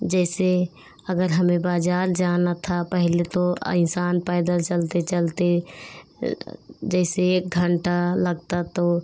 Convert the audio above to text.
जैसे अगर हमें बाज़ार जाना था पहले तो इन्सान पैदल चलते चलते जैसे एक घंटा लगता तो